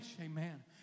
amen